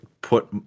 put